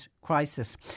crisis